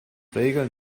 regeln